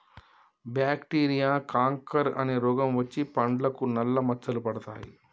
bacteria canker అనే రోగం వచ్చి పండ్లకు నల్ల మచ్చలు పడతాయి